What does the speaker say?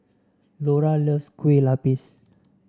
Laura loves Kue Lupis